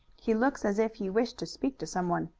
he looks as if he wished to speak to some one.